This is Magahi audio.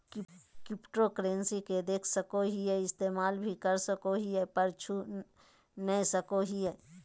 क्रिप्टोकरेंसी के देख सको हीयै इस्तेमाल भी कर सको हीयै पर छू नय सको हीयै